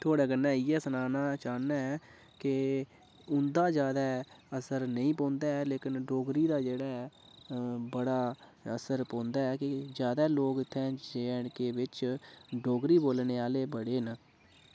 थुआढ़े कन्नै इयै सनाना चाह्नां के उन्दा ज्याद असर नेईं पौंदा ऐ लेकिन डोगरी दा जेहड़ा ऐ बड़ा असर पौंदा कि ज्यादा लोग इत्थै जे एंड के बिच्च डोगरी बोलने आहले बड़े न